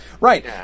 right